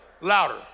Louder